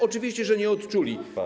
Oczywiście, że nie odczuli.